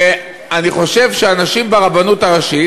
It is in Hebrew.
ואני חושב שאנשים ברבנות הראשית,